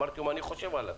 אמרתי לו מה אני חושב עליו.